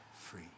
free